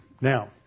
Now